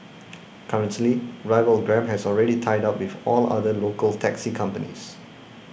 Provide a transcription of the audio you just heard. currently rival Grab has already tied up with all other local taxi companies